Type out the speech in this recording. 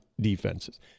defenses